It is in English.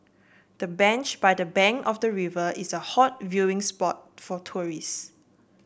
the bench by the bank of the river is a hot viewing spot for tourists